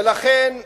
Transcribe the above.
ולכן אני,